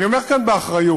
אני אומר כאן באחריות